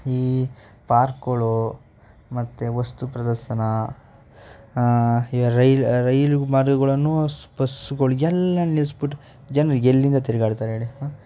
ಈ ಪಾರ್ಕ್ಗಳು ಮತ್ತೆ ವಸ್ತು ಪ್ರದರ್ಶನ ಈ ರೈಲ್ ರೈಲು ಮಾರ್ಗಗಳನ್ನೂ ಬಸ್ಸುಗಳು ಎಲ್ಲ ನಿಲ್ಸ್ಬಿಟ್ಟು ಜನ್ರು ಎಲ್ಲಿಂದ ತಿರ್ಗಾಡ್ತಾರೆ ಹೇಳಿ ಹಾಂ